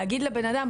להגיד לבנאדם,